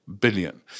billion